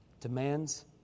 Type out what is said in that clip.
demands